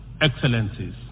Excellencies